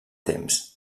temps